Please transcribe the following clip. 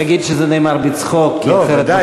תגיד שזה נאמר בצחוק, לא, ודאי.